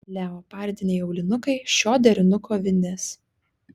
leopardiniai aulinukai šio derinuko vinis